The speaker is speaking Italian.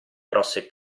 grosse